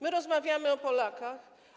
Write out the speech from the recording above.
My rozmawiamy o Polakach.